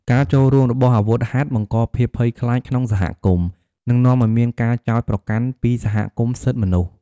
ការចូលរួមរបស់អាវុធហត្ថ បង្កភាពភ័យខ្លាចក្នុងសហគមន៍ និងនាំឲ្យមានការចោទប្រកាន់ពីសមាគមសិទ្ធិមនុស្ស។